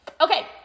Okay